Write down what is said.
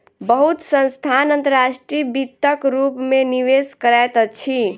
बहुत संस्थान अंतर्राष्ट्रीय वित्तक रूप में निवेश करैत अछि